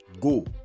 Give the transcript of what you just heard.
Go